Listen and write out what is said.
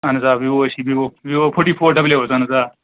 اَہَن حظ آ ویٖوو حظ چھُ ویٖوو ویٖوو فوٗٹی فور ڈبلِیو حظ اَہَن حظ آ